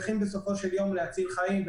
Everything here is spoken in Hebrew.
בסופו של יום אנחנו צריכים להציל חיים.